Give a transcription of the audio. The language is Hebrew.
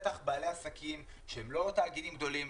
בטח בעלי עסקים שהם לא תאגידים גדולים,